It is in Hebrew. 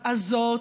העצמאות,